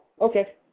Okay